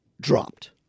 dropped